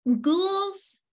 ghouls